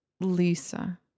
Lisa